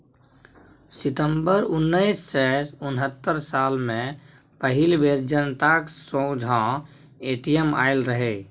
सितंबर उन्नैस सय उनहत्तर साल मे पहिल बेर जनताक सोंझाँ ए.टी.एम आएल रहय